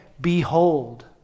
Behold